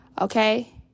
Okay